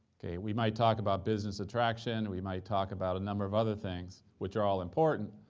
okay, we might talk about business attraction. we might talk about a number of other things, which are all important,